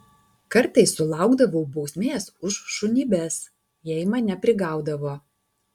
kartais sulaukdavau bausmės už šunybes jei mane prigaudavo